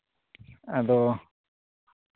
ᱟᱫᱚ